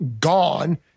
gone